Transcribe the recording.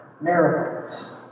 miracles